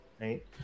right